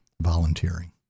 volunteering